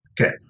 Okay